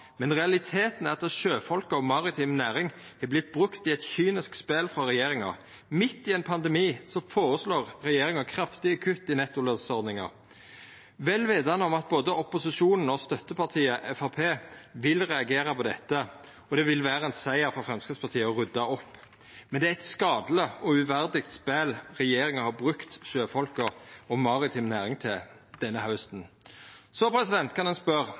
men realiteten er at sjøfolka og maritim næring har vorte brukte i eit kynisk spel frå regjeringa. Midt i ein pandemi føreslår regjeringa kraftige kutt i nettolønsordninga, vel vitande om at både opposisjonen og støttepartiet Framstegspartiet vil reagera på dette, og at det vil vera ein siger for Framstegspartiet å rydda opp. Men det er eit skadeleg og uverdig spel regjeringa har brukt sjøfolka og maritim næring til denne hausten. Så kan ein